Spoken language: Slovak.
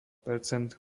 percent